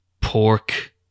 pork